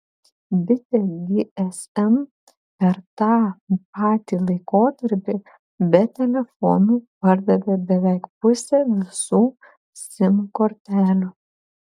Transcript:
bitė gsm per tą patį laikotarpį be telefonų pardavė beveik pusę visų sim kortelių